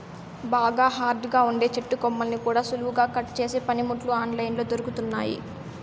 బాగా హార్డ్ గా ఉండే చెట్టు కొమ్మల్ని కూడా సులువుగా కట్ చేసే పనిముట్లు ఆన్ లైన్ లో దొరుకుతున్నయ్యి